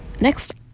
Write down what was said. Next